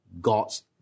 God's